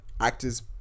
actors